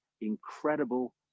incredible